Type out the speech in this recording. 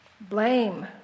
blame